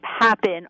happen